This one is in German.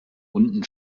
unten